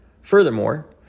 Furthermore